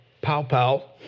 pow-pow